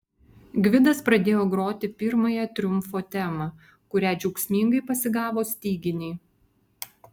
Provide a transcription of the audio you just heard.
gvidas pradėjo groti pirmąją triumfo temą kurią džiaugsmingai pasigavo styginiai